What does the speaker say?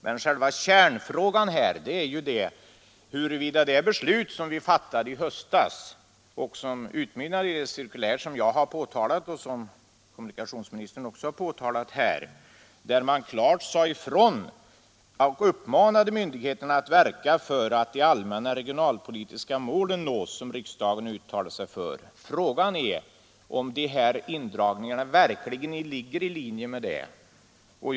Men själva kärnfrågan är huruvida det beslut följs som vi fattade i höstas och som utmynnade i det cirkulär som jag har påtalat och som även kommunikationsministern har berört här, vari det klart sades ifrån att man uppmanade myndigheterna ”att verka för att de allmänna regionalpolitiska mål nås som riksdagen uttalat sig för”. Frågan är om de här indragningarna verkligen ligger i linje med den uppmaningen.